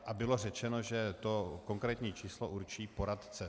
A bylo řečeno, že konkrétní číslo určí poradce.